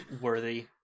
worthy